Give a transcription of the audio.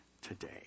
today